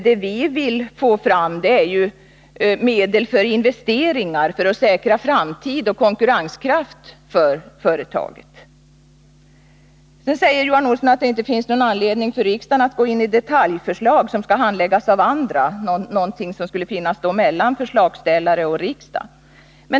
Vad vi vill få fram är medel för investeringar för att säkra företagets framtid och konkurrenskraft. Sedan säger Johan Olsson att det inte finns anledning för riksdagen att gå in på detaljförslag som skall handläggas av andra — någonting således som skulle finnas mellan förslagsställare och riksdag.